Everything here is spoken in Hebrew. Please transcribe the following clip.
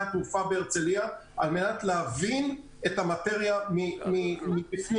התעופה בהרצליה על מנת להבין את המטריה מבפנים.